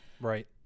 Right